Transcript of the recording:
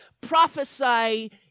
prophesy